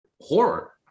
horror